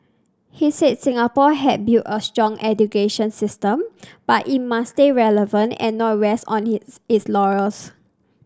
he said Singapore had built a strong education system but it must stay relevant and not rest on hits its laurels